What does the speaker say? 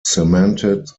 cemented